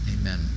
Amen